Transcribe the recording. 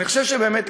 אני חושב שבאמת,